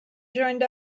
joined